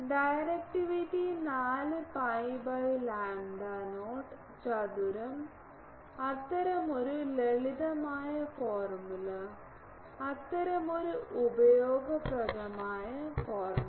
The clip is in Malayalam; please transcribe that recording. ഡയറക്റ്റിവിറ്റി 4 pi by lambda 0 ചതുരo അത്തരമൊരു ലളിതമായ ഫോർമുല അത്തരമൊരു ഉപയോഗപ്രദമായ ഫോർമുല